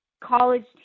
college